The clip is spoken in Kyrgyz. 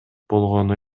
болгону